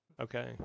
Okay